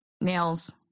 nails